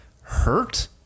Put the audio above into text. hurt